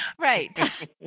Right